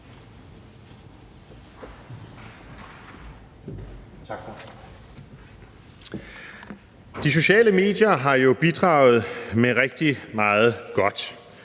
De sociale medier har jo bidraget med rigtig meget godt.